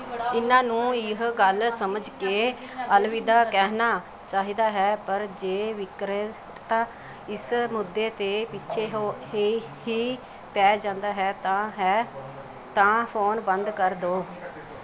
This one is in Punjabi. ਇਨ੍ਹਾਂ ਨੂੰ ਇਹ ਗੱਲ ਸਮਝ ਕੇ ਅਲਵਿਦਾ ਕਹਿਣਾ ਚਾਹੀਦਾ ਹੈ ਪਰ ਜੇ ਵਿਕਰੇਤਾ ਇਸ ਮੁੱਦੇ ਦੇ ਪਿੱਛੇ ਹੋ ਹੀ ਹੀ ਪੈ ਜਾਂਦਾ ਹੈ ਤਾਂ ਹੈ ਤਾਂ ਫੋਨ ਬੰਦ ਕਰ ਦੇਵੋ